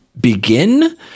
begin